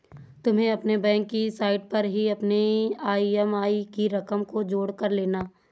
तुम अपने बैंक की साइट पर ही अपने ई.एम.आई की रकम का जोड़ कर लेना